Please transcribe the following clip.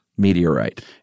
meteorite